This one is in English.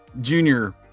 junior